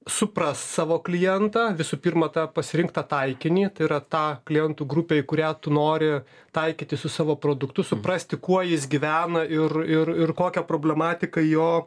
suprast savo klientą visų pirma tą pasirinktą taikinį tai yra tą klientų grupę į kurią tu nori taikytis su savo produktu suprasti kuo jis gyvena ir ir ir kokią problematiką jo